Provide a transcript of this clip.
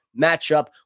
matchup